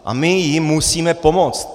A my jim musíme pomoct.